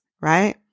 right